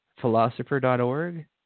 philosopher.org